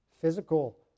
physical